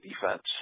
defense